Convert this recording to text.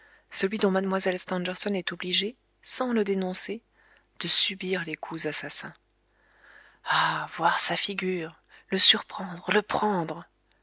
celui dont mlle stangerson est obligée sans le dénoncer de subir les coups assassins le prendre